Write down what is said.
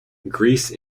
greece